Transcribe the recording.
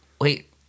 wait